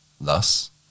Thus